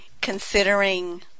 considering